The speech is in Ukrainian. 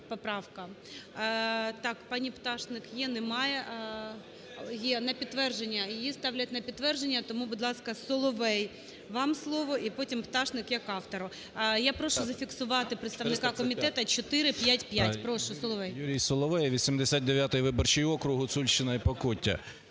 Так, пані Пташник є? Немає? Є. На підтвердження, її ставлять на підтвердження. Тому, будь ласка, Соловей, вам слово і потім Пташник, як автору. Я прошу зафіксувати представника комітету 455. Прошу, Соловей. 13:08:49 СОЛОВЕЙ Ю.І. Юрій Соловей, 89 виборчий округ, Гуцульщина і Покуття.